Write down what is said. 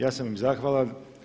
Ja sam im zahvalan.